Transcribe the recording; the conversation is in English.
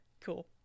Cool